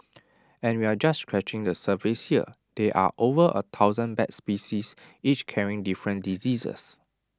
and we're just scratching the surface here there are over A thousand bat species each carrying different diseases